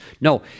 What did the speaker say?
No